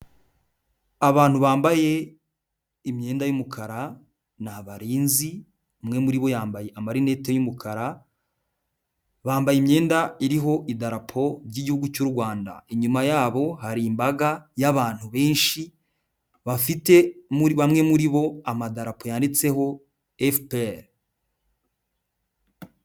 Abantu bambaye imyenda y'umukara ni abarinzi, umwe muri bo yambaye amarinete y'umukara, bambaye imyenda iriho idarapo ry'igihugu cy'u Rwanda, inyuma yabo hari imbaga y'abantu benshi bafite muri bamwe muri bo amadarapo yanditseho FPR.